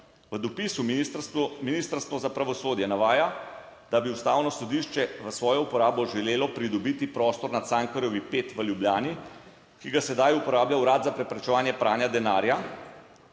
V dopisu Ministrstvo za pravosodje navaja, da bi Ustavno sodišče v svojo uporabo želelo pridobiti prostor na Cankarjevi 5 v Ljubljani, ki ga sedaj uporablja Urad za preprečevanje pranja denarja.